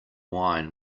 wine